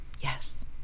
yes